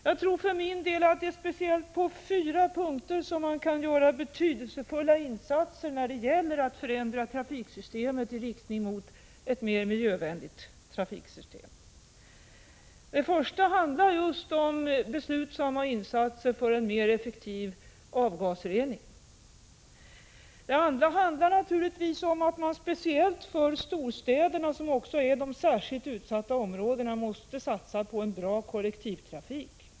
Jag tror för min del att det är speciellt på fyra punkter som man kan göra betydelsefulla insatser när det gäller att förändra trafiksystemet så att det blir mer miljövänligt: 2. Vi måste speciellt för storstäderna, som är de särskilt utsatta områdena, satsa på bra kollektivtrafik.